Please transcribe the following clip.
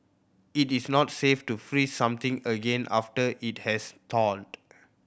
it is not safe to freeze something again after it has thawed